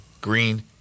Green